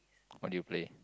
what do you play